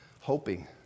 hoping